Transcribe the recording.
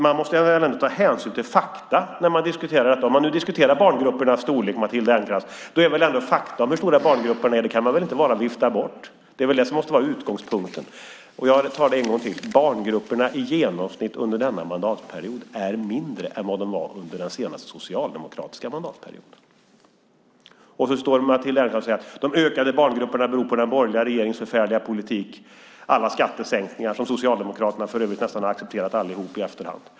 Man måste väl ändå ta hänsyn till fakta när man diskuterar detta. Om man nu diskuterar barngruppernas storlek, Matilda Ernkrans, kan man väl inte bara vifta bort fakta om hur stora barngrupperna är. Det är väl det som måste vara utgångspunkten. Och jag tar det en gång till: Barngrupperna under denna mandatperiod är i genomsnitt mindre än vad de var under den senaste socialdemokratiska mandatperioden. Matilda Ernkrans står här och säger att de ökade barngrupperna beror på den borgerliga regeringens förfärliga politik och alla skattesänkningar, vilka Socialdemokraterna för övrigt har accepterat, nästan allihop, i efterhand.